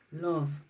love